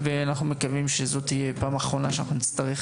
אנחנו מקווים שזאת תהיה הפעם האחרונה שנצטרך